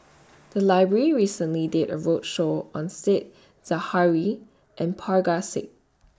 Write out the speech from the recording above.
The Library recently did A roadshow on Said Zahari and Parga Singh